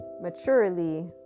maturely